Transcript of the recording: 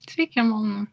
sveiki malonu